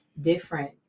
different